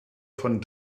von